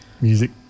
Music